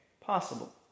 Possible